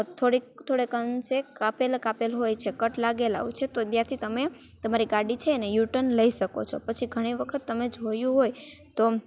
થોડેક થોડેક અંશે કાપેલાં કાપેલું હોય છે કટ લાગેલા હોય છે તો ત્યાંથી તમે તમારી ગાડી છે એને યુ ટર્ન લઈ શકો છો પછી ઘણી વખત તમે જોયું હોય તો